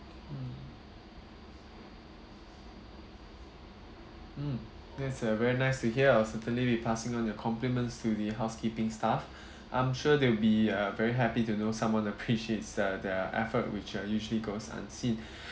mm mm that's uh very nice to hear I'll certainly be passing on your compliments to the housekeeping staff I'm sure they'll be uh very happy to know someone appreciates their their effort which are usually goes unseen